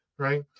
right